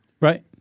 Right